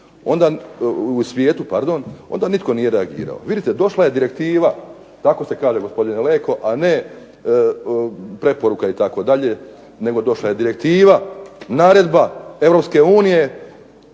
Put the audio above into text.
i svijetu, onda nitko nije reagirao. Vidite došla je direktiva, tako se kaže gospodine Leko, a ne preporuka itd., nego došla je direktiva, naredba Europske unije